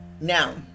Now